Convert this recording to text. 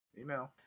Email